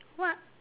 what